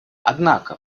однако